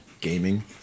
gaming